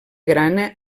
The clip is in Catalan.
grana